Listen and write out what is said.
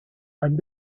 and